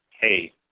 hey